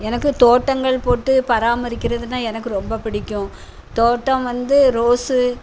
எனக்கு தோட்டங்கள் போட்டு பராமரிக்கறதுனா எனக்கு ரொம்ப பிடிக்கும் தோட்டம் வந்து ரோஸு